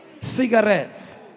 cigarettes